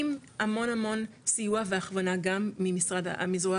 עם המון המון סיוע והכוונה גם מזרוע